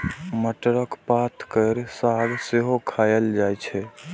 मटरक पात केर साग सेहो खाएल जाइ छै